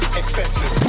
expensive